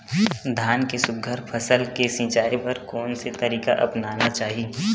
धान के सुघ्घर फसल के सिचाई बर कोन से तरीका अपनाना चाहि?